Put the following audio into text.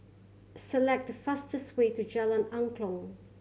select the fastest way to Jalan Angklong